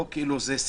אחר כך